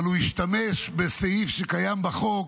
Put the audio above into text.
אבל הוא השתמש בסעיף שקיים בחוק,